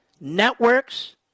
networks